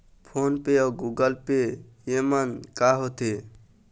Phone पे अउ Google Pay येमन का होते?